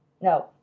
No